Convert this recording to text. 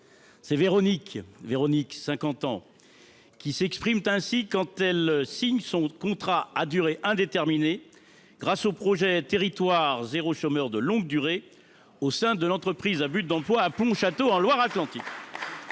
C’est Véronique, 50 ans, qui vient de signer son contrat à durée indéterminée grâce au projet « territoires zéro chômeur de longue durée » au sein de l’entreprise à but d’emploi de Pontchâteau, en Loire Atlantique.